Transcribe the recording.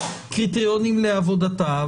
קריטריונים לעבודתה,